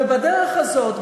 ובדרך הזאת,